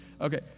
okay